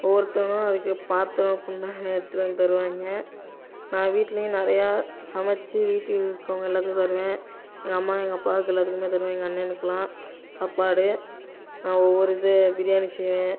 ஒவ்வொருத்தனும் அதுக்கு பாத்திரம் குண்டான் எடுத்துட்டு வந்து தருவாங்க நான் வீட்லேயும் நிறையா சமைச்சி வீட்டில் இருக்கறவங்க எல்லோத்துக்கும் தருவேன் எங்கள் அம்மா எங்கள் அப்பாவுக்கு எல்லோத்துக்குமே தருவேன் எங்கள் அண்ணனுக்கெல்லாம் சாப்பாடு நான் ஒவ்வொரு இது பிரியாணி செய்வேன்